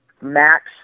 Max